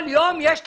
כל יום יש תקלה.